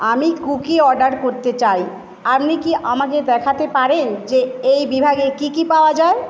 আমি cookie order করতে চাই আপনি কি আমাকে দেখাতে পারেন যে এই বিভাগে কি কি পাওয়া যায়